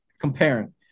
comparing